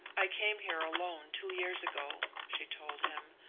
i came here alone two years ago, she told him,